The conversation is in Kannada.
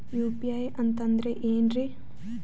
ಯು.ಪಿ.ಐ ಅಂತಂದ್ರೆ ಏನ್ರೀ?